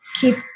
keep